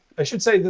i should say,